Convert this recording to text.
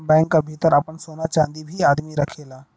bank क भितर आपन सोना चांदी भी आदमी रखेला